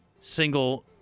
single